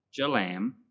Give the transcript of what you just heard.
Jalam